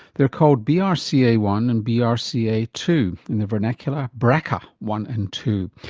they are called b r c a one and b r c a two, in the vernacular braca one and two,